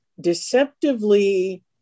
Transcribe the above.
deceptively